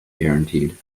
guaranteed